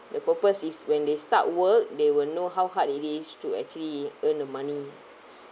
the purpose is when they start work they will know how hard it is to actually earn the money